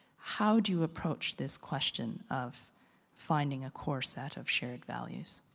how do you approach this question of finding a core set of shared values?